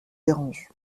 dérange